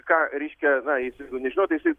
ką reiškia na jis jeigu nežinojot tai jisai